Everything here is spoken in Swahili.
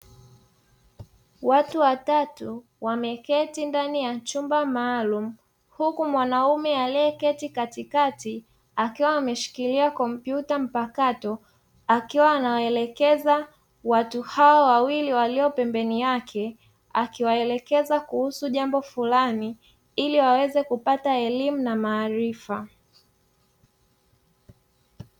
Watu watatu wameketi ndani ya chumba maalumu huku mwanamume aliyeketi katikati akiwa ameshikilia kompyuta mpakato akiwa anawaelekeza watu hao wawili walio pembeni yake akiwaelekeza kuhusu jambo fulani ili waweze kupata elimu na maarifa.